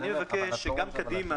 אני מבקש שגם קדימה.